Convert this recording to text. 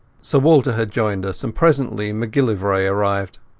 sir walter had joined us, and presently macgillivray arrived.